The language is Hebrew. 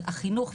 החינוך,